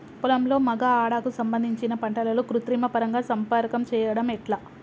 పొలంలో మగ ఆడ కు సంబంధించిన పంటలలో కృత్రిమ పరంగా సంపర్కం చెయ్యడం ఎట్ల?